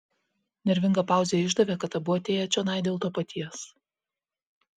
nervinga pauzė išdavė kad abu atėję čionai dėl to paties